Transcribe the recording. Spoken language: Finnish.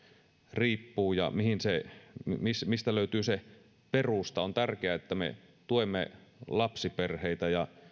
riippuu ja mistä mistä löytyy se perusta on tärkeää että me tuemme lapsiperheitä ja